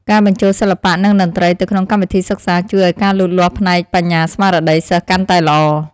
ការបញ្ចូលសិល្បៈនិងតន្ត្រីទៅក្នុងកម្មវិធីសិក្សាជួយឱ្យការលូតលាស់ផ្នែកបញ្ញាស្មារតីសិស្សកាន់តែល្អ។